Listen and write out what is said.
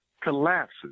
collapses